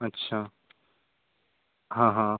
अच्छा हा हा